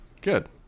Good